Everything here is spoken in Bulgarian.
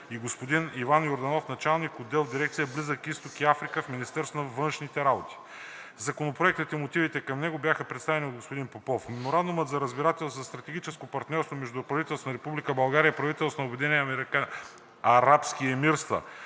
и господин Иван Йорданов, началник-отдел в дирекция „Близък Изток и Африка“ в Министерството на външните работи. Законопроектът и мотивите към него бяха представени от господин Попов. Меморандумът за разбирателство за стратегическо партньорство между правителството на Република България и правителството на Обединените арабски емирства